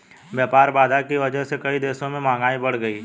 व्यापार बाधा की वजह से कई देशों में महंगाई बढ़ गयी है